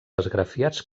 esgrafiats